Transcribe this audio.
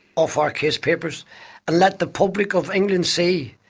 off our case papers and let the public of england see